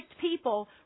people